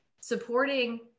supporting